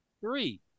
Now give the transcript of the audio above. three